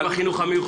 --- בחינוך המיוחד?